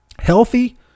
Healthy